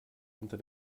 unter